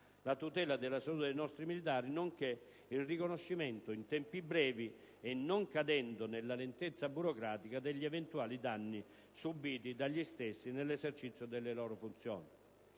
la tutela della salute dei nostri militari, nonché il riconoscimento, in tempi brevi e non cadendo nella lentezza burocratica, degli eventuali danni subiti dagli stessi nell'esercizio delle loro funzioni.